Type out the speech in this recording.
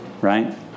right